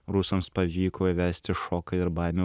rusams pavyko įvesti šoką ir baimę